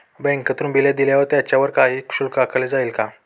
बँकेतून बिले दिल्यावर त्याच्यावर काही शुल्क आकारले जाईल का?